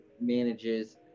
manages